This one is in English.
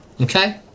okay